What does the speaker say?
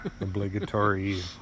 Obligatory